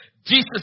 Jesus